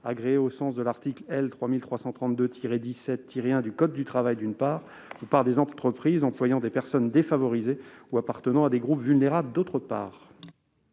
agréées au sens de l'article L. 3332-17-1 du code du travail et par des entreprises employant des personnes défavorisées ou appartenant à des groupes vulnérables. Quel est